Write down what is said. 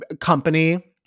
company